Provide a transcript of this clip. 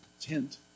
tent